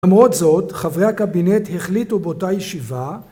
למרות זאת, חברי הקבינט החליטו באותה ישיבה